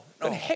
no